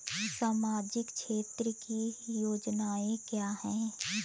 सामाजिक क्षेत्र की योजनाएँ क्या हैं?